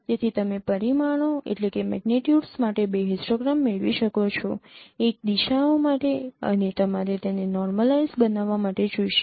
તેથી તમે પરિમાણો માટે બે હિસ્ટોગ્રામ મેળવી શકો છો એક દિશાઓ માટે અને તમારે તેને નોર્મલાઈજ બનાવા માટે જોઈશે